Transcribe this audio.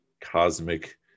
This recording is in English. cosmic